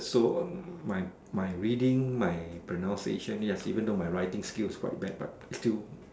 so um my my reading my pronunciation ya even though my writing skills quite bad but still